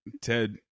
Ted